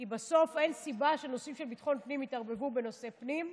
כי בסוף אין סיבה שנושאים של ביטחון פנים יתערבבו בנושאי פנים,